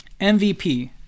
MVP